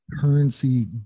currency